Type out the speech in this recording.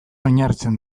oinarritzen